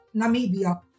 Namibia